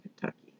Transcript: Kentucky